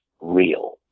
real